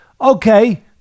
Okay